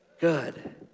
good